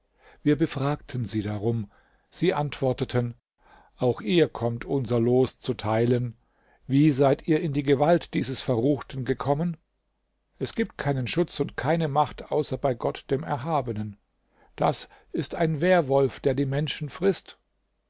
wir befragten sie darum sie antworteten auch ihr kommt unser los zu teilen wie seid ihr in die gewalt dieses verruchten gekommen es gibt keinen schutz und keine macht außer bei gott dem erhabenen das ist ein werwolf der die menschen frißt